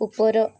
ଉପର